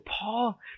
Paul